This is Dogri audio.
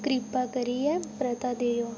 किरपा करियै परता देओ